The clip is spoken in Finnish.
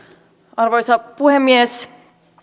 arvoisa puhemies